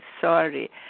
sorry